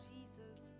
Jesus